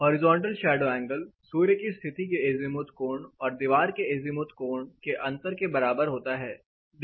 horizontal shadow angle सूर्य की स्थिति के एजीमुथ कोण और दीवार के एजीमुथ कोण के अंतर के बराबर होता है